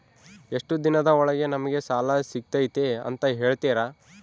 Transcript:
ಎಷ್ಟು ದಿನದ ಒಳಗೆ ನಮಗೆ ಸಾಲ ಸಿಗ್ತೈತೆ ಅಂತ ಹೇಳ್ತೇರಾ?